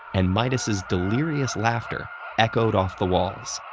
and midas's delirious laughter echoed off the walls.